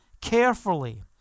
carefully